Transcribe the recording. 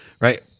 right